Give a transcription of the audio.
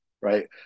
right